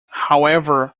however